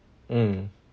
mm